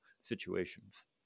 situations